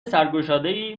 سرگشادهای